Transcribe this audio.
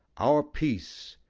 our peace,